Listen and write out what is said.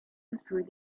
through